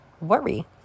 worry